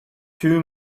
two